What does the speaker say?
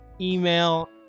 email